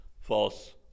false